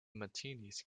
martinis